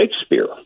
Shakespeare